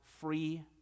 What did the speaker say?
free